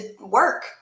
work